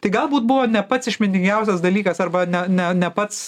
tai galbūt buvo ne pats išmintingiausias dalykas arba ne ne ne pats